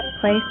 Place